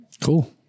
cool